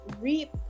reap